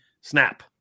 snap